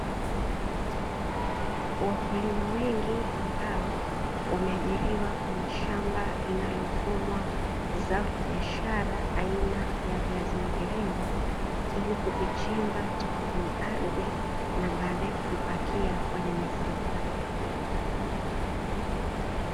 Wakulima wengi ambao wameajiriwa kwenye shamba linalovunwa zao la biashara aina ya viazi mviringo, ili kuvichimba toka kwenye ardhi na baadae kuvipakia kwenye mifuko.